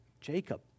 Jacob